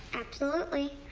absolutely.